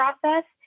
process